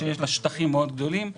שיש לה שטחים גדולים מאוד,